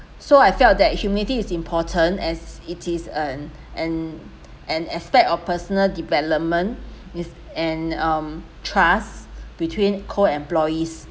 so I feel that humility is important as it is an and an aspect of personal development is and um trust between co-employees